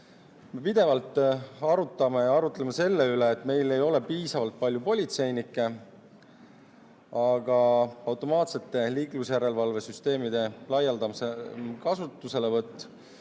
pidevalt arutleme selle üle, et meil ei ole piisavalt palju politseinikke. Aga automaatsete liiklusjärelevalvesüsteemide laialdasem kasutuselevõtt